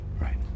Right